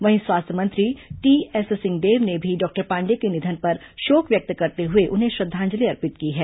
वहीं स्वास्थ्य मंत्री टीएस सिंहदेव ने भी डॉक्टर पाण्डेय के निधन पर शोक व्यक्त करते हुए उन्हें श्रद्वांजलि अर्पित की है